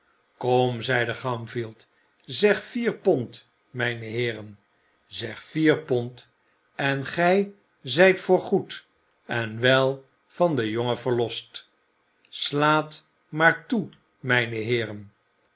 kom zeide gamfield zegt vier pond mijne heeren zegt vier pond en gij zijt voorgoed en we van den jongen verlost slaat maar toe mijne heeren